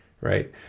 Right